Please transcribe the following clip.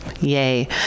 Yay